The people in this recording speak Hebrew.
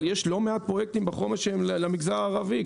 אבל יש לא מעט פרויקטים בחומש שהם למגזר הערבי.